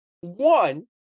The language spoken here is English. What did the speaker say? one